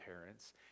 parents